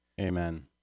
Amen